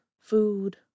food